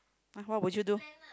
!huh! what would you do